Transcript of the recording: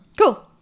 Cool